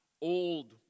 old